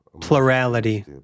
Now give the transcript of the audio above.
plurality